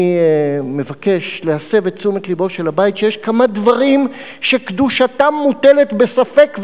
אני מבקש להסב את תשומת לבו של הבית שיש כמה דברים שקדושתם מוטלת בספק,